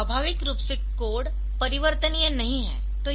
स्वाभाविक रूप से कोड परिवर्तनीय नहीं है